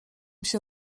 się